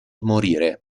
morire